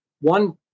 one